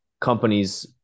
companies